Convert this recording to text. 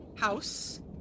house